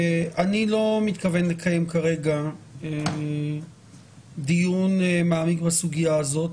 אני לא מתכוון לקיים כרגע דיון מעמיק בסוגיה הזאת,